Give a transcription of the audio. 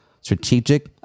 Strategic